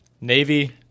Navy